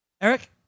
Eric